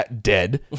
dead